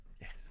Yes